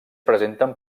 presenten